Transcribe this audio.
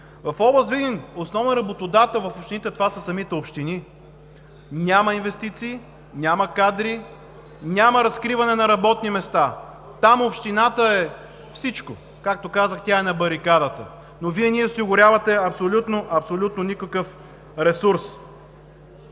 В област Видин основен работодател в общините това са самите общини. Няма инвестиции, няма кадри, няма разкриване на работни места. Там общината е всичко, както казах, тя е на барикадата, но Вие не ѝ осигурявате абсолютно никакъв ресурс.